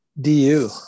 DU